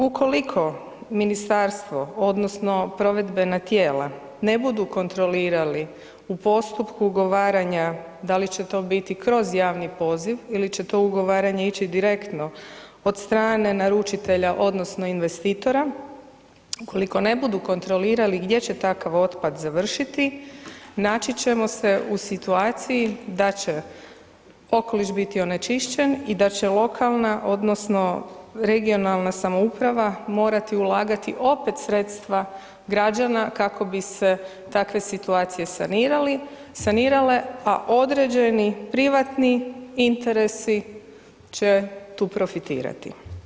Ukoliko ministarstvo odnosno provedbena tijela ne budu kontrolirali u postupku ugovaranja, da li će to biti kroz javni poziv ili će to ugovaranje ići direktno od strane naručitelja odnosno investitora, ukoliko ne budu kontrolirali gdje će takav otpad završiti naći ćemo se u situaciji da će okoliš biti onečišćen i da će lokalna odnosno regionalna samouprava morati ulagati opet sredstva građana kako bi se takve situacije sanirale, a određeni privatni interesi će tu profitirati.